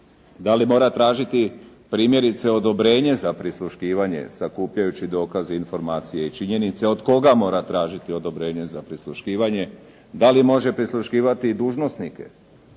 da li mora tražiti primjerice odobrenje za prisluškivanje, sakupljajući dokaze, informacije i činjenice, od koga mora tražiti odobrenje za prisluškivanje, da li može prisluškivati i dužnosnike,